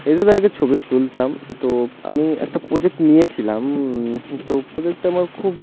এইসাবে আর কি ছবি তুলতাম তো আমি একটা প্রোজেক্ট নিয়েছিলাম তো প্রোজেক্টটা আমার খুব